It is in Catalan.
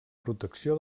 protecció